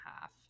half